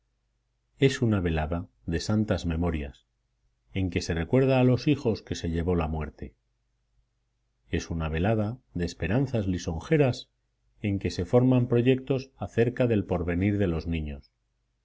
es una velada de santas memorias en que se recuerda a los hijos que se llevó la muerte es una velada de esperanzas lisonjeras en que se forman proyectos acerca del porvenir de los niños